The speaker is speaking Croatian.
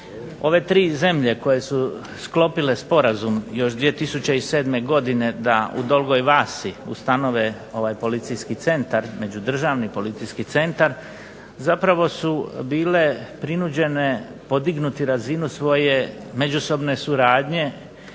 ove tri zemlje koje su sklopile sporazum još 2007. godine da u Dolgoj Vasi ustanove ovaj policijski centar, međudržavni policijski centar zapravo su bile prinuđene podignuti razinu svoje međusobne suradnje,